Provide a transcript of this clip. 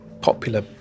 popular